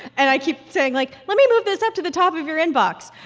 and i keep saying, like, let me move this up to the top of your inbox.